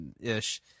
ish